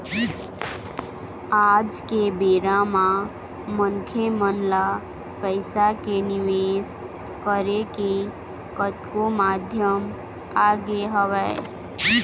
आज के बेरा म मनखे मन ल पइसा के निवेश करे के कतको माध्यम आगे हवय